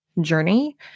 journey